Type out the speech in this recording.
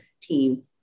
team